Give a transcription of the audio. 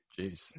Jeez